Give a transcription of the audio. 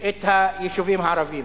את היישובים הערביים.